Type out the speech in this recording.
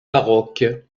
baroque